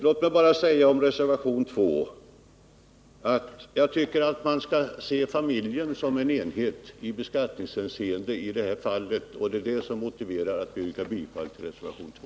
Låt mig bara säga om reservationen 2 att jag tycker att man i det där aktuella fallet skall se familjen som en enhet i beskattningshänseende, och det är det som är anledningen till att jag yrkar bifall till reservationen 2.